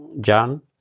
John